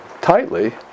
tightly